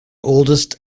oldest